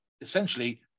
essentially